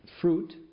fruit